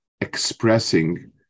expressing